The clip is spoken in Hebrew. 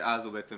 שאז הוא בעצם